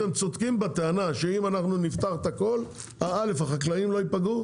גם אם אתם צודקים בטענה שאם נפתח בכל החקלאים לא ייפגעו